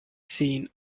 seen